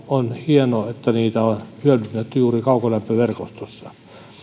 on hienoa että näillä alueilla niitä on hyödynnetty juuri kaukolämpöverkostossa